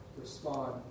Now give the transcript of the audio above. respond